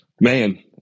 man